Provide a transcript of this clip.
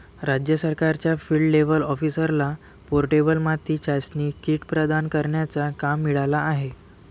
राज्य सरकारच्या field level ऑफिसरला पोर्टेबल माती चाचणी किट प्रदान करण्याचा काम मिळाला आहे